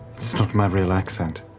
it's not my real accent.